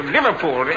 Liverpool